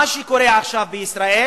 מה שקורה עכשיו בישראל